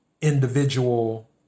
individual